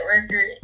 record